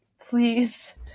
please